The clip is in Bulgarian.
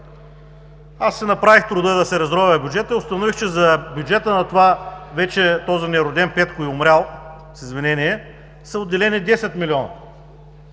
Аз си направих труда да се разровя в бюджета и установих, че за бюджета на този нероден Петко и умрял, с извинение, са отделени 10 млн.